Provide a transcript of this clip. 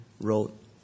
wrote